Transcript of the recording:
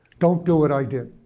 don't do what i did.